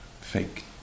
fake